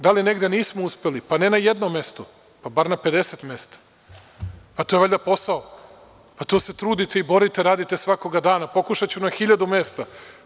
Da li sam negde, da li negde nismo uspeli, pa ne na jednom mestu bar na 50 mesta, a to je valjda posao, pa to se trudite i borite, radite svakoga dana, pokušaću na hiljadu mesta.